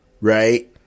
right